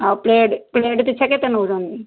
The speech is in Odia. ଆଉ ପ୍ଲେଟ୍ ପ୍ଲେଟ୍ ପିଛା କେତେ ନେଉଛନ୍ତି